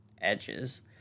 edges